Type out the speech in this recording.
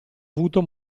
avuto